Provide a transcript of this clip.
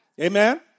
Amen